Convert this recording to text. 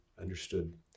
understood